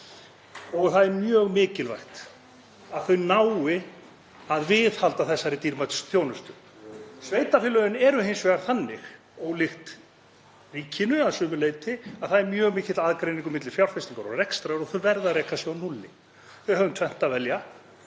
og það er mjög mikilvægt að þau nái að viðhalda þessari dýrmætustu þjónustu. Sveitarfélögin eru hins vegar þannig, ólíkt ríkinu að sumu leyti, að það er mjög mikill aðgreining milli fjárfestingar og rekstrar og þau verða að reka sig á núlli. Þau hafa um tvennt að velja,